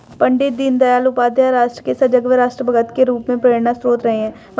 पण्डित दीनदयाल उपाध्याय राष्ट्र के सजग व राष्ट्र भक्त के रूप में प्रेरणास्त्रोत रहे हैं